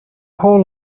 whole